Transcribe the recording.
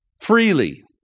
freely